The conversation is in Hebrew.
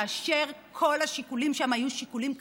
כאשר כל השיקולים שם היו שיקולים כלכליים,